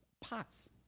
pots